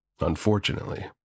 Unfortunately